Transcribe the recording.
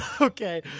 Okay